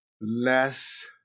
less